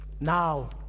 Now